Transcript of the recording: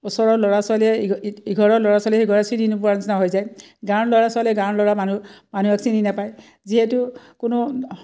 ওচৰৰ ল'ৰা ছোৱালীয়ে ই ইঘৰৰ ল'ৰা ছোৱালীয়ে সিঘৰে চিনি নোপোৱাৰ নিচিনা হৈ যায় গাঁৱৰ ল'ৰা ছোৱালীয়ে গাঁৱৰ ল'ৰা মানুহ মানুহক চিনি নাপায় যিহেতু কোনো